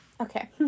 okay